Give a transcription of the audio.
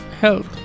health